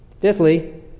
Fifthly